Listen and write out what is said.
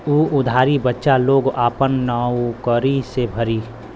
उ उधारी बच्चा लोग आपन नउकरी से भरी